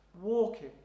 walking